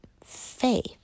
faith